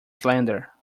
slander